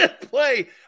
play